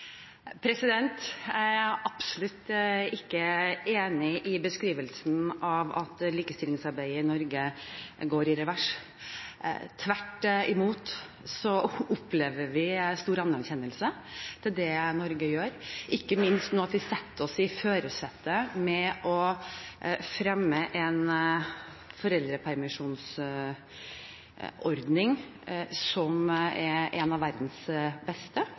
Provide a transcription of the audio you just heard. Jeg er absolutt ikke enig i beskrivelsen av at likestillingsarbeidet i Norge går i revers. Tvert imot opplever vi stor anerkjennelse for det Norge gjør, ikke minst at vi setter oss i førersetet ved å fremme en foreldrepermisjonsordning som er en av verdens beste